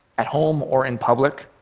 at home or in public,